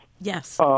Yes